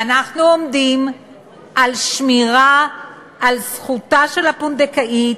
ואנחנו עומדים על שמירה על זכותה של הפונדקאית,